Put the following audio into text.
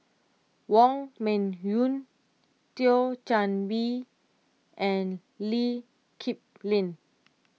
Wong Meng Voon Thio Chan Bee and Lee Kip Lin